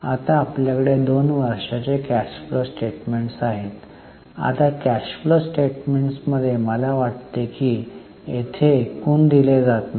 आता आपल्याकडे २ वर्षांचे कॅश फ्लो स्टेटमेंट्स आहे आता कॅश फ्लो स्टेटमेंटमध्ये मला वाटते की येथे एकूण दिले जात नाही